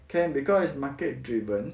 can because it's market driven